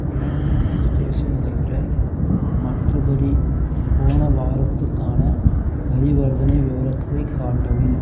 case station தவிர மற்றபடி போன வாரத்துக்கான பரிவர்த்தனை விவரத்தை காட்டவும்